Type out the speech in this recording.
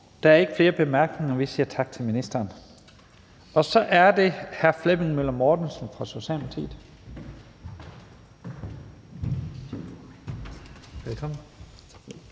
Der er ikke flere korte bemærkninger. Vi siger tak til ministeren. Så er det hr. Flemming Møller Mortensen fra Socialdemokratiet. Velkommen.